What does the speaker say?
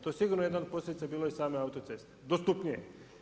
To je sigurno jedna od posljedica bile i same autoceste, dostupnije.